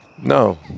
no